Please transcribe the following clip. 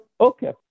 okay